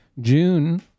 June